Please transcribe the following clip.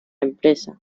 empresa